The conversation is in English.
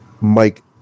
Mike